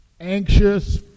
anxious